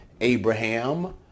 Abraham